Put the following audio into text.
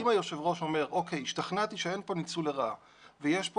אם היו"ר אומר: השתכנעתי שאין פה ניצול לרעה ויש פה